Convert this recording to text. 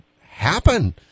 happen